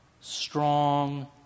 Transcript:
strong